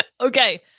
Okay